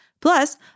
Plus